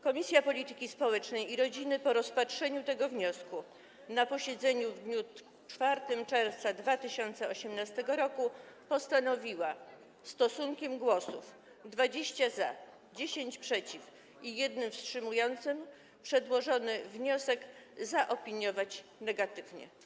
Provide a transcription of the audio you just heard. Komisja Polityki Społecznej i Rodziny po rozpatrzeniu tego wniosku na posiedzeniu w dniu 4 czerwca 2018 r. postanowiła stosunkiem głosów 20 za, 10 przeciw i 1 wstrzymującym się przedłożony wniosek zaopiniować negatywnie.